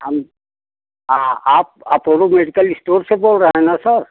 हम हाँ आप अपोलो मेडिकल इस्टोर से बोल रहे हैं न सर